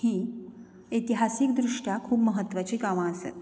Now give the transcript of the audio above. हीं इतिहासीक दृश्ट्या खूब महत्वाचीं गांवां आसात